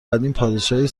قدیم، پادشاهی